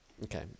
Okay